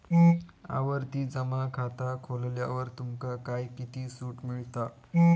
आवर्ती जमा खाता खोलल्यावर तुमका काय किती सूट मिळता?